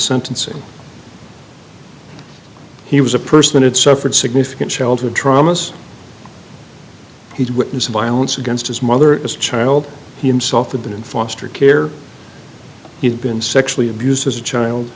sentencing he was a person had suffered significant childhood traumas he did witness violence against his mother as a child he himself had been in foster care he'd been sexually abused as a child